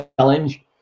Challenge